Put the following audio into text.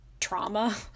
trauma